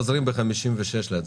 חוזרים ב-13:56 להצביע.